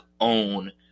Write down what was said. own